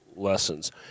Lessons